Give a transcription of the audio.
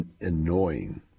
annoying